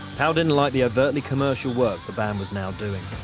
powell didn't like the overtly commercial work the band was now doing.